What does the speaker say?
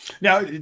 Now